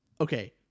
Okay